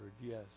yes